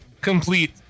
complete